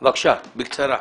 בבקשה, בקצרה.